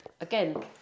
Again